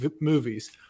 movies